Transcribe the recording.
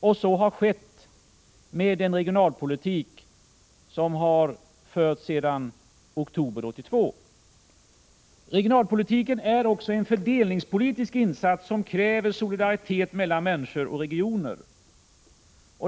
Och så har skett med den regionalpolitik som har förts sedan oktober 1982. Regionalpolitiken är också en fördelningspolitisk insats som kräver solidaritet mellan människor och regioner.